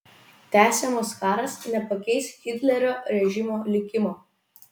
tęsiamas karas nepakeis hitlerio režimo likimo